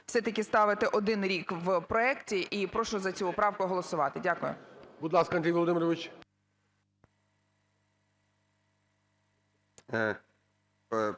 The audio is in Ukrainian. все-таки ставити один рік в проекті і прошу за цю правку голосувати. Дякую. ГОЛОВУЮЧИЙ. Будь ласка, Андрій Володимирович.